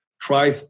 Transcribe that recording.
try